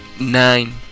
Nine